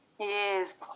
Yes